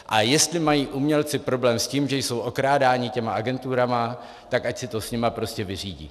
A jestli mají umělci problém s tím, že jsou okrádáni těmi agenturami, tak ať si to s nimi prostě vyřídí.